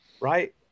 Right